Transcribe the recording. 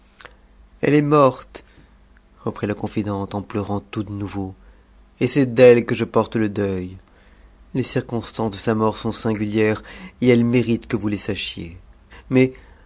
elle est morte reprit la confidente en pleurant tout de nouveau et c'est d'elle que je porte le deuil les ci constances de sa mort sont singulières et elles méritent que vous les sachiez mais